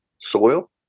soil